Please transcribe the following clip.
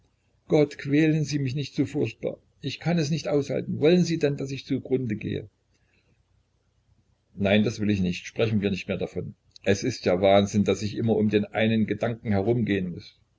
gott quälen sie mich nicht so furchtbar ich kann es nicht aushalten wollen sie denn daß ich zu grunde gehe nein das will ich nicht sprechen wir nicht mehr davon es ist ja wahnsinn daß ich immer um den einen gedanken herumgehen muß